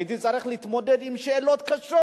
והייתי צריך להתמודד עם שאלות קשות